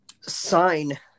sign